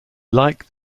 like